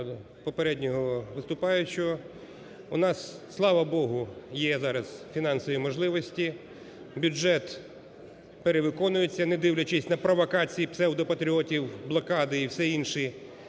попереднього виступаючого. У нас, слава Богу, є зараз фінансові можливості, бюджет перевиконується, не дивлячись на провокації псевдо патріотів, блокади і все інші,